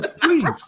Please